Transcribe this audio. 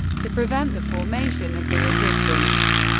to prevent the formation of the resistance.